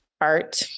Art